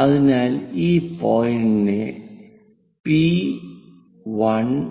അതിനാൽ ഈ പോയിന്റിനെ പി 1